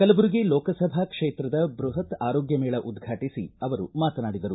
ಕಲಬುರಗಿ ಲೋಕಸಭಾ ಕ್ಷೇತ್ರದ ಬ್ಯಪತ್ ಆರೋಗ್ಯ ಮೇಳ ಉದ್ವಾಟಿಸಿ ಅವರು ಮಾತನಾಡಿದರು